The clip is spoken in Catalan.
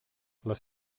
les